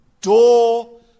door